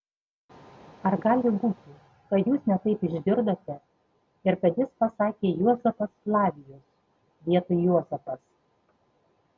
ar gali būti kad jūs ne taip išgirdote ir kad jis pasakė juozapas flavijus vietoj juozapas